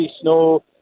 snow